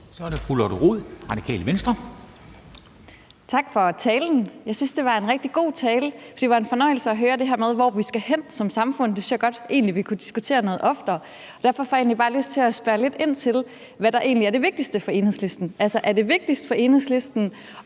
Så er det fru Lotte Rod, Radikale Venstre. Kl. 15:03 Lotte Rod (RV) : Tak for talen. Jeg synes, det var en rigtig god tale, og det var en fornøjelse at høre om det her med, hvor vi skal hen som samfund. Det synes jeg egentlig godt vi kunne diskutere noget oftere. Derfor får jeg egentlig bare lyst til at spørge lidt ind til, hvad der egentlig er det vigtigste for Enhedslisten. Er det vigtigst for Enhedslisten